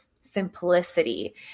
simplicity